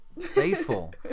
Faithful